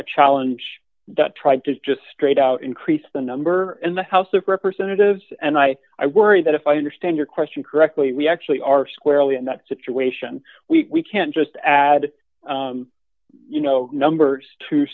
a challenge that tried to just straight out increase the number in the house of representatives and i i worry that if i understand your question correctly we actually are squarely in that situation we can't just add you know numbers to